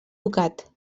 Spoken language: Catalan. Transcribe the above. ducat